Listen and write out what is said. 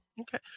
Okay